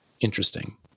Interesting